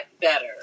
better